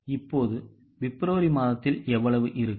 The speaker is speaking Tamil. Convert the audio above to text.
எனவே இப்போது பிப்ரவரி மாதத்தில் எவ்வளவு இருக்கும்